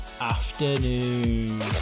afternoon